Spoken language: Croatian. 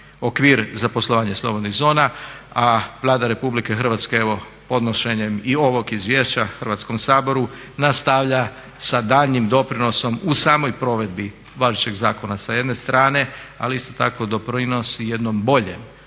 okvir za poslovanje slobodnih zona a Vlada Republike Hrvatske evo podnošenjem i ovog izvješća Hrvatskom saboru nastavlja sa daljnjim doprinosom u samoj provedbi važećeg zakona sa jedne strane ali isto tako doprinosi jednom boljem,